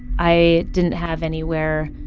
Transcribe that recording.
i didn't have anywhere